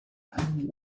and